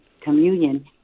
communion